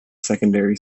secondary